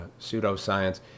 pseudoscience